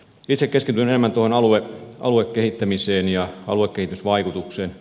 itse keskityn enemmän tuohon aluekehittämiseen ja aluekehitysvaikutukseen